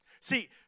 see